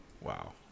wow